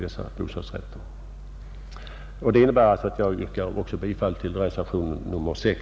Jag yrkar alltså bifall även till reservationen 6.